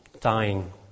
dying